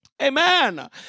amen